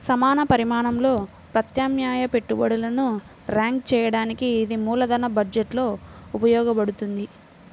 సమాన పరిమాణంలో ప్రత్యామ్నాయ పెట్టుబడులను ర్యాంక్ చేయడానికి ఇది మూలధన బడ్జెట్లో ఉపయోగించబడుతుంది